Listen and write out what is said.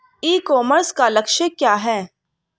ई commerce का लक्ष्य क्या है?